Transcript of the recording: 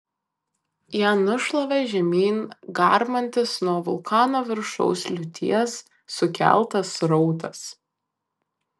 ją nušlavė žemyn garmantis nuo vulkano viršaus liūties sukeltas srautas